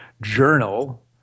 Journal –